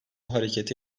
hareketi